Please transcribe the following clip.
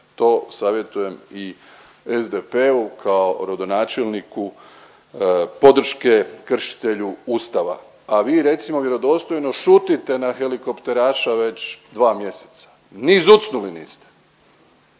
to savjetujem i SDP-u kao rodonačelniku podrške kršitelju Ustava, a vi recimo, vjerodostojno šutite na helikopteraša već 2 mjeseca. Ni zucnuli niste